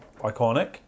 Iconic